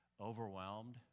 overwhelmed